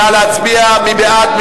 מי בעד?